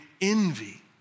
envy